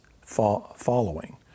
following